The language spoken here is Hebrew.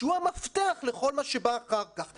שהוא המפתח לכל מה שבא אחר כך.